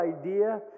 idea